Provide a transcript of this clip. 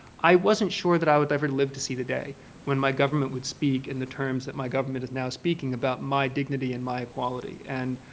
i wasn't sure that i would ever live to see the day when my government would speak in the terms that my government is now speaking about my dignity and my equality. and,